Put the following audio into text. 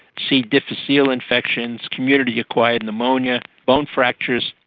c difficile infections, community-acquired pneumonia, bone fractures,